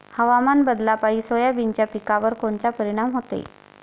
हवामान बदलापायी सोयाबीनच्या पिकावर कोनचा परिणाम होते?